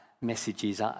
messages